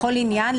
בכל עניין,